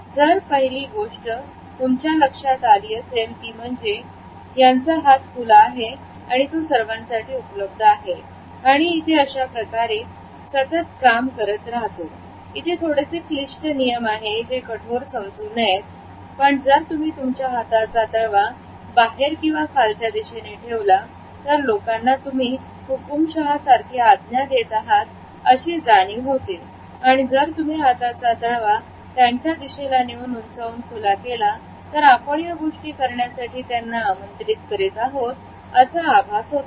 तर पहिली गोष्ट जर तुमच्या लक्षात आली असेल ती म्हणजे याचा हात खुला आहे आणि सर्वांसाठी उपलब्ध आहे आणि तो अशा प्रकारे सतत काम करत राहतो इथे थोडेसे क्लिष्ट नियम आहेत जे कठोर समजू नयेत पण जर तुम्ही तुमच्या हाताचा तळवा बाहेर आणि खालच्या दिशेने ठेवला तर लोकांना तुम्ही हुकूमशहा सारखे आज्ञा देत आहात अशी जाणीव होते आणि जर तुम्ही हाताचा तळवा त्यांच्या दिशेला नेऊन उंचावून खुला केला तर आपण या गोष्टी करण्यासाठी त्यांना आमंत्रित करीत आहोत असा आभास होतो